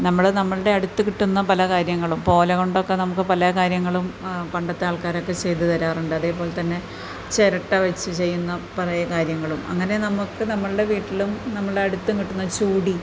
നമ്മൾ നമ്മളുടെ അടുത്ത് കിട്ടുന്ന പല കാര്യങ്ങളും ഇപ്പോൾ ഓല കൊണ്ടൊക്കെ നമുക്ക് പല കാര്യങ്ങളും പണ്ടത്തെ ആൾക്കാരൊക്കെ ചെയ്തു തരാറുണ്ട് അതേപോലെതന്നെ ചിരട്ട വെച്ച് ചെയ്യുന്ന പല കാര്യങ്ങളും അങ്ങനെ നമുക്ക് നമ്മൾടെ വീട്ടിലും നമ്മുടെ അടുത്തും കിട്ടുന്ന ചൂടി